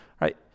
right